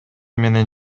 менен